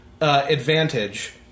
advantage